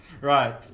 right